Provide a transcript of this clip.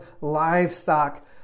livestock